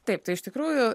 taip tai iš tikrųjų